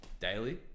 Daily